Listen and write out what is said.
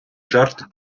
жарти